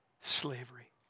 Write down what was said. slavery